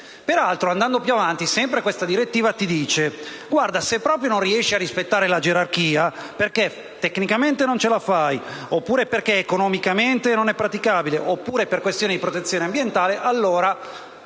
Peraltro, andando più avanti, questa direttiva dice: se proprio non riesci a rispettare la gerarchia, perché tecnicamente non ce la fai o perché economicamente non è praticabile o per questioni di protezione ambientale, puoi